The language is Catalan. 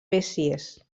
besiers